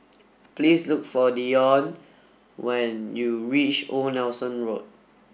Please look for Deion when you reach Old Nelson Road